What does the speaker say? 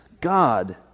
God